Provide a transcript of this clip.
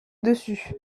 dessus